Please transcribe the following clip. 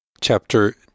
Chapter